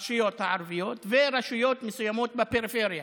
הרשויות הערביות ורשויות מסוימות בפריפריה.